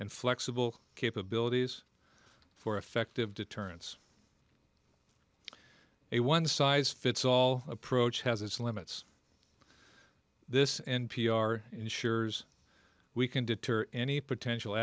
and flexible capabilities for effective deterrence a one size fits all approach has its limits this n p r ensures we can deter any potential